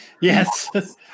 yes